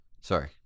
sorry